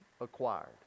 acquired